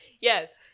yes